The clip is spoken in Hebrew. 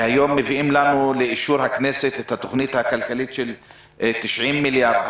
והיום מביאים לאישור הכנסת את התוכנית הכלכלית של 90 מיליארד שקל.